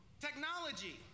Technology